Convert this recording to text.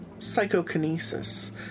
Psychokinesis